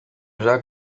jean